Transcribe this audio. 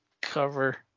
cover